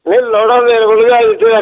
नेईं लोह्ड़ा मेरे कोल बी ऐ